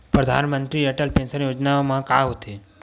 परधानमंतरी अटल पेंशन योजना मा का होथे?